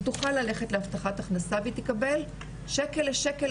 תוכל ללכת להבטחת הכנסה והיא תקבל שקל לשקל,